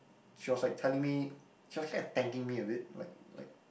she was like telling me she was kind of thanking me a bit like like